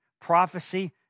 prophecy